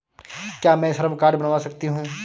क्या मैं श्रम कार्ड बनवा सकती हूँ?